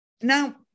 now